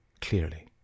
clearly